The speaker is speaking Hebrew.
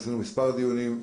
עשינו מספר דיונים.